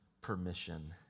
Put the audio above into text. permission